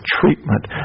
treatment